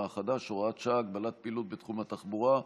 החדש (הוראת שעה) (הגבלת פעילות בתחום התחבורה)